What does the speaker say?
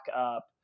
up